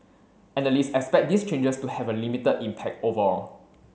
analysts expect these changes to have a limited impact overall